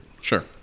Sure